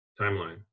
timeline